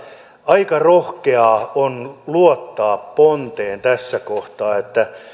aika rohkeaa on luottaa ponteen tässä kohtaa eli